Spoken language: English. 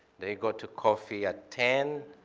they go to coffee at ten.